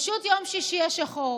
פשוט יום שישי השחור,